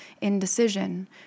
indecision